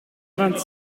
vingt